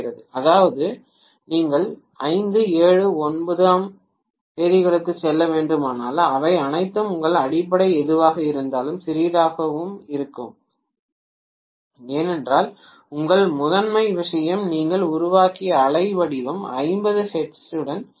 அதாவது நீங்கள் 5 7 9 ஆம் தேதிகளுக்குச் செல்ல வேண்டுமானால் அவை அனைத்தும் உங்கள் அடிப்படை எதுவாக இருந்தாலும் சிறியதாகவும் சிறியதாகவும் இருக்கும் ஏனென்றால் உங்கள் முதன்மை விஷயம் நீங்கள் உருவாக்கிய அலை வடிவம் 50 ஹெர்ட்ஸுடன் ஒத்திருக்கிறது